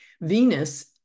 Venus